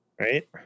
Right